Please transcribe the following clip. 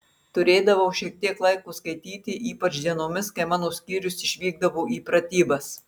turėdavau šiek tiek laiko skaityti ypač dienomis kai mano skyrius išvykdavo į pratybas